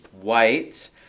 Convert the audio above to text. white